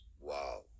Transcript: Wow